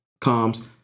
comms